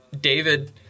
David